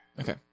okay